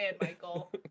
Michael